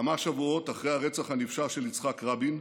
כמה שבועות אחרי הרצח הנפשע של יצחק רבין,